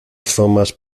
thomas